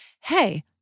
hey